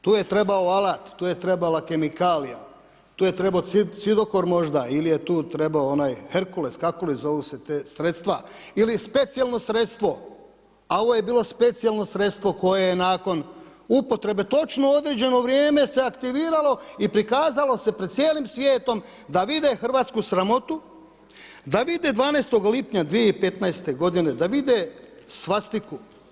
Tu je trebao alat, tu je trebala kemikalija, tu je trebao cidokor možda ili je tu trebao herkules kako se zovu ta sredstva ili specijalno sredstvo, a ovo je bilo specijalno sredstvo koje je nakon upotrebe u točno određeno vrijeme se aktiviralo i prikazalo se pred cijelim svijetom da vide hrvatsku sramotu, da vide 12. lipnja 2015. godine da vide svastiku.